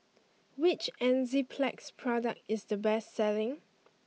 which Enzyplex product is the best selling